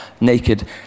naked